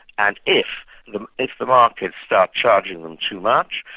and if the if the markets start charging them too much,